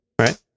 Right